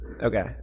Okay